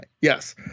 yes